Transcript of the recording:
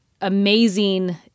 amazing